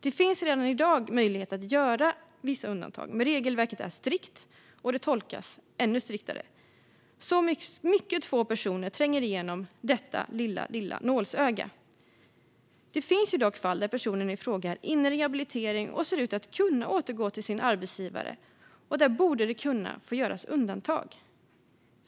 Det finns redan i dag möjlighet att göra vissa undantag, men regelverket är strikt och tolkas ännu striktare. Mycket få personer tränger igenom detta lilla nålsöga. Det finns dock fall där personen i fråga är inne i rehabilitering och ser ut att kunna återgå till sin arbetsgivare, och där borde det kunna göras undantag.